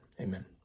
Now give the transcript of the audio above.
Amen